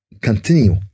continue